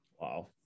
Wow